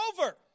over